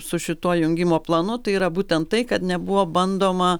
su šituo jungimo planu tai yra būtent tai kad nebuvo bandoma